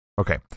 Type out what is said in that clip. Okay